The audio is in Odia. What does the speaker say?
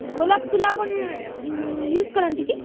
ଗୋଲାପ ଫୁଲ ଆପଣ ୟୁଜ୍ କରନ୍ତି କି